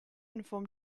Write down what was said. inform